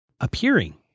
appearing